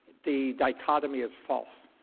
the dichotomy is false.